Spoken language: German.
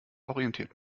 orientiert